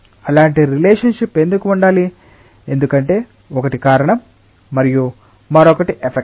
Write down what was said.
అలాంటి relationship ఎందుకు ఉండాలి ఎందుకంటే ఒకటి కారణం మరియు మరొకటి ఎఫెక్ట్